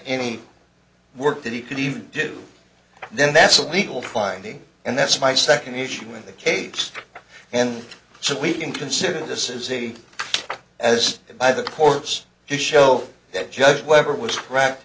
any work that he could even do then that's a legal finding and that's my second issue with the capes and so we can consider this is easy as by the courts to show that judge webber was crap